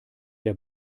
der